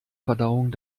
verdauung